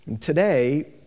Today